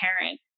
parent